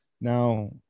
now